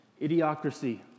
idiocracy